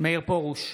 מאיר פרוש,